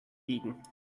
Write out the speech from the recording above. wegen